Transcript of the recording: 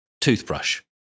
toothbrush